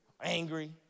angry